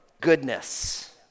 goodness